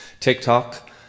TikTok